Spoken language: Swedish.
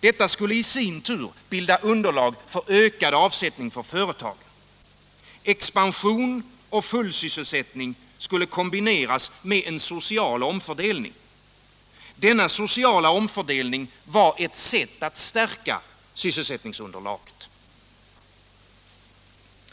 Detta skulle i sin tur bilda underlag för ökad avsättning. Expansion och fullsysselsättning skulle kombineras med en social omfördelning. Den sociala omfördelningen var ett sätt att stärka sysselsättningsunderlaget.